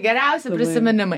geriausi prisiminimą